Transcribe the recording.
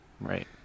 right